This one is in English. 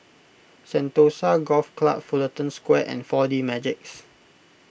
Sentosa Golf Club Fullerton Square and four D Magix